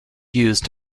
used